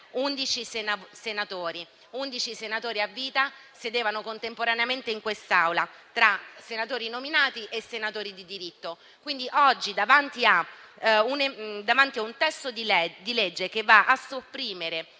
senatori a vita sedevano contemporaneamente in quest'Aula, tra senatori nominati e senatori di diritto. Signor Presidente, davanti a un testo di legge che va a sopprimere